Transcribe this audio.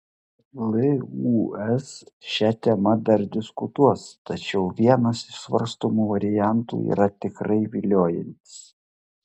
lūs šia tema dar diskutuos tačiau vienas iš svarstomų variantų yra tikrai viliojantis